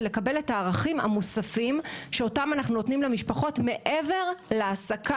ולקבל את הערכים המוספים אותם אנחנו נותנים למשפחות מעבר להעסקה.